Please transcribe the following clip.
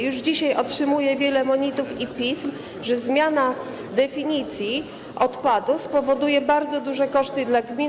Już dzisiaj otrzymuję wiele monitów i pism, że zmiana definicji odpadu spowoduje bardzo duże koszty dla gmin.